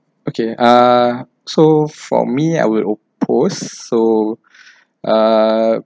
okay uh so for me I will oppose so uh